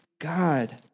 God